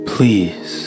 Please